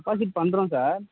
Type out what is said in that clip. deposit பண்ணுறோம் sir